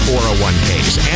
401Ks